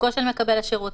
עיסוקו של מקבל השירות,